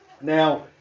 Now